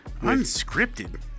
Unscripted